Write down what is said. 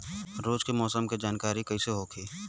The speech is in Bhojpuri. रोज के मौसम के जानकारी कइसे होखि?